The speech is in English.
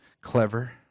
clever